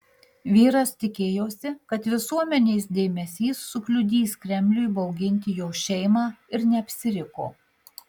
vyras tikėjosi kad visuomenės dėmesys sukliudys kremliui bauginti jo šeimą ir neapsiriko